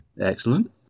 Excellent